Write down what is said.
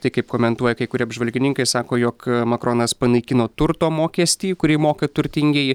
tai kaip komentuoja kai kurie apžvalgininkai sako jog makronas panaikino turto mokestį kurį moka turtingieji